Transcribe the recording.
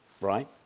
right